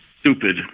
stupid